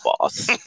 boss